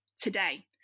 today